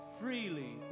freely